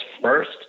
first